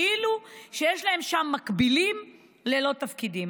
כאילו שיש יש להם שם מקבילים ללא תפקידים.